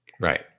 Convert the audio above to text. right